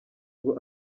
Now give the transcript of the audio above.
ngo